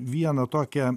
vieną tokią